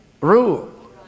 rule